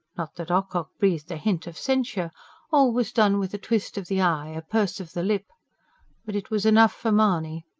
not that ocock breathed a hint of censure all was done with a twist of the eye, a purse of the lip but it was enough for mahony.